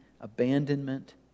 abandonment